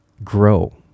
grow